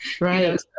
right